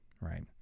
right